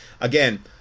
Again